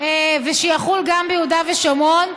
ולחול גם ביהודה ושומרון.